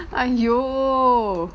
!aiyo!